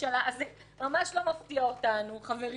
זה ממש לא מפתיע אותנו, חברים יקרים.